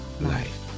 life